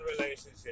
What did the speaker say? relationship